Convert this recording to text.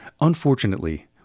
Unfortunately